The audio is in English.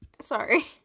Sorry